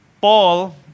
Paul